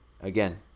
again